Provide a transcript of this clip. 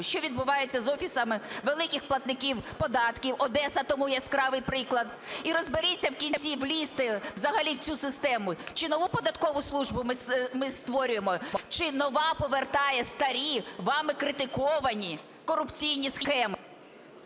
що відбувається з офісами великих платників податків, Одеса тому яскравий приклад. І розберіться в кінці... влізти взагалі в цю систему: чи нову податкову службу ми створюємо, чи нова повертає старі, вами критиковані, корупційні схеми.